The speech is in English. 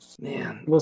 Man